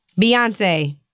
Beyonce